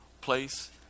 place